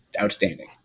outstanding